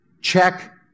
Check